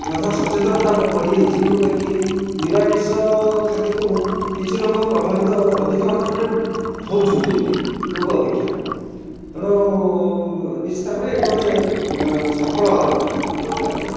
ମଧ୍ୟ ସଚେତନତା ବଢ଼ିଯାଇଛି ଯେଉଁଟାକି ନିରାମିଷ ଖାଦ୍ୟକୁ କିଛି ଲୋକ ପ୍ରଭାବିତ ଅଧିକ ମାତ୍ରାରେ ହେଉଛନ୍ତି ଏବେ ପୂର୍ବ ଅପେକ୍ଷା ତେଣୁ ନିଶ୍ଚିତ ଭାବରେ ଏହିଟା ଗୋଟିଏ ସଫଳ କାର୍ଯ୍ୟ